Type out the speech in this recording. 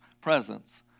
presence